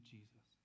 Jesus